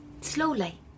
Slowly